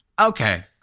Okay